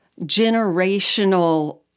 generational